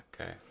Okay